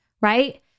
right